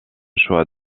choix